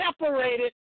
separated